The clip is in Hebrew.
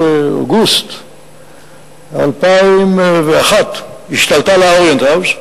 כשבאוגוסט 2001 ישראל השתלטה על ה"אוריינט האוס",